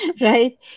right